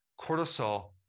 Cortisol